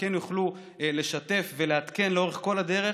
וכן יוכלו לשתף ולעדכן לאורך כל הדרך,